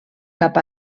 cap